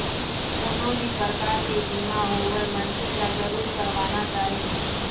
कोनो भी परकार के बीमा होवय मनखे ल जरुर करवाना चाही